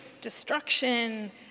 destruction